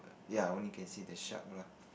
ya only can see the shark lah